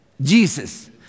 Jesus